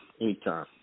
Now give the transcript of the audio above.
Anytime